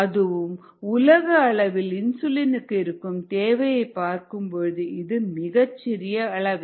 அதுவும் உலக அளவில் இன்சுலினுக்கு இருக்கும் தேவையை பார்க்கும்பொழுது இது மிகச்சிறிய அளவே